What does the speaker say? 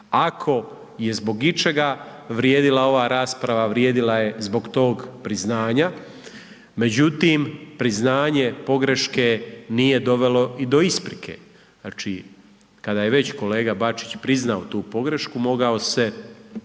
Ako je zbog ičega vrijedila ova rasprava, vrijedila je zbog tog priznanja, međutim priznanje pogreške nije dovelo i do isprike. Znači, kada je već kolega Bačić priznao tu pogrešku mogao se